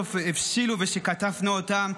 שסוף-סוף הבשילו ושקטפנו אותם,